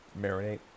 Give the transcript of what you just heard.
Marinate